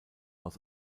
aus